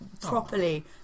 properly